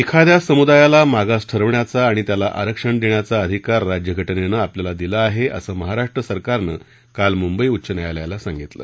एखाद्या समुदायाला मागास ठरवण्याचा आणि त्याला आरक्षण देण्याचा अधिकार राज्यघटनेनं आपल्याला दिला आहे असं महाराष्ट्र सरकारनं काल मुंबई उच्च न्यायालयाला सांगितलं